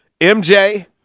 MJ